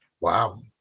Wow